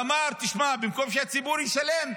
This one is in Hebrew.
ואמר, תשמע, במקום שהציבור ישלם,